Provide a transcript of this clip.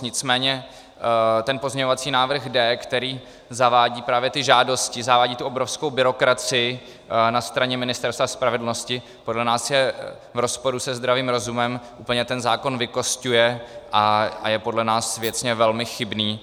Nicméně ten pozměňovací návrh D, který zavádí právě ty žádosti, zavádí tu obrovskou byrokracii na straně Ministerstva spravedlnosti, podle nás je v rozporu se zdravým rozumem, úplně ten zákon vykosťuje a je podle nás věcně velmi chybný.